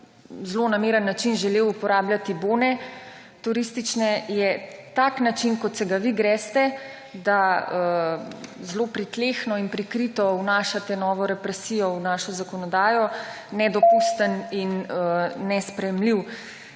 zlonameren način želel uporabljati bone turistične, je tak način, kot se ga vi greste, da zelo pritlehno in prikrito vnašate novo represijo v našo zakonodajo, nedopusten… /